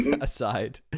aside